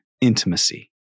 intimacy